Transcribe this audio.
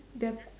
there